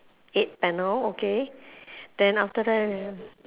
eight panel okay then after that